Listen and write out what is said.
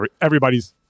everybody's